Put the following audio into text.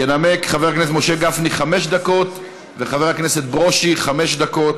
ינמקו: חבר הכנסת משה גפני, חמש דקות,